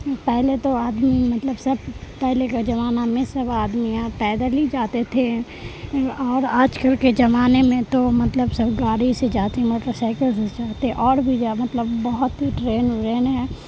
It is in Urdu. پہلے تو آدمی مطلب سب پہلے کا زمانہ میں سب آدمی آر پیدل ہی جاتے تھے اور آج کل کے زمانے میں تو مطلب سب گاڑی سے جاتے موٹر سائیکل سے جاتے اور بھی مطلب بہت ہی ٹرین ورین ہیں